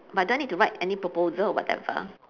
but do I need to write any proposal or whatever